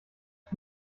ich